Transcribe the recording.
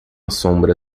sombra